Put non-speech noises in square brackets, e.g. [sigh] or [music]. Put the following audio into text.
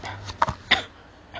[coughs]